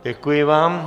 Děkuji vám.